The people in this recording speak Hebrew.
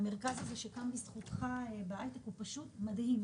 מרכז ההייטק הזה שקם בזכותך הוא פשוט מדהים,